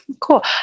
Cool